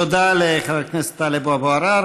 תודה לחבר הכנסת טלב אבו עראר.